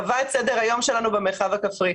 קבע את סדר היום שלנו במרחב הכפרי.